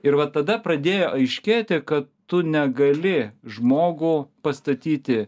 ir va tada pradėjo aiškėti kad tu negali žmogų pastatyti